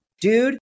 Dude